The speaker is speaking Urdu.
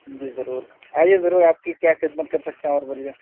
جی ضرور آئیے ضرور آپ کی کیا خدمت کر سکتے ہیں اور بولیے